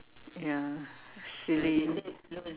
ya silly